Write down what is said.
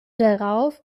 darauf